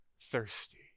thirsty